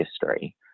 history